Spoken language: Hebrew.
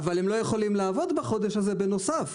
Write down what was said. הם לא יכולים לעבוד בחודש הזה בנוסף.